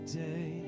day